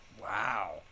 Wow